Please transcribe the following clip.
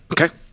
Okay